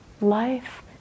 life